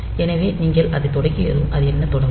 எனவே நீங்கள் அதைத் தொடங்கியதும் அது எண்ணத் தொடங்கும்